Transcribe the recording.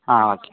ആ ഓക്കെ